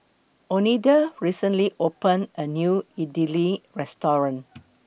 Oneida recently opened A New Idili Restaurant